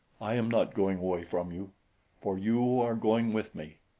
i am not going away from you for you are going with me.